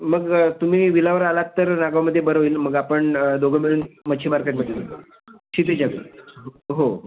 मग तुम्ही विलावर आलात तर नागांवमध्ये बरं होईल मग आपण दोघं मिळून मच्छी मार्केटमध्ये जाऊ क्षितिजा विला हो हो